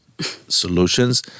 solutions